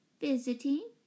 Visiting